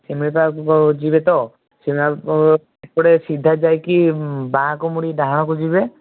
ଶିମିଳିପାଳକୁ ଯେଉଁ ଯିବେ ତ ଏପଟେ ସିଧା ଯାଇକି ବାଁକୁ ମୁଡ଼ି ଡାହାଣକୁ ଯିବେ